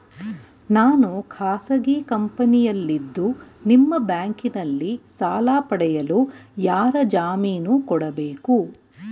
ನಾನು ಖಾಸಗಿ ಕಂಪನಿಯಲ್ಲಿದ್ದು ನಿಮ್ಮ ಬ್ಯಾಂಕಿನಲ್ಲಿ ಸಾಲ ಪಡೆಯಲು ಯಾರ ಜಾಮೀನು ಕೊಡಬೇಕು?